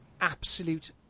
absolute